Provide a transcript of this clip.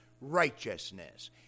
righteousness